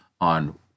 on